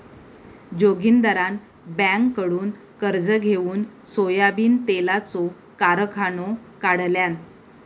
जोगिंदरान बँककडुन कर्ज घेउन सोयाबीन तेलाचो कारखानो काढल्यान